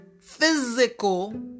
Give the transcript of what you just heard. physical